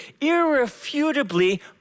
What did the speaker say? irrefutably